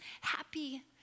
happy